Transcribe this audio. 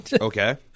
Okay